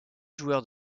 joueurs